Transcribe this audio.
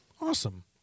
Awesome